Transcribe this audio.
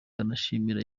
anashimira